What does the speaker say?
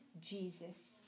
Jesus